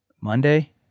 Monday